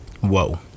Whoa